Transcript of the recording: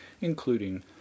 including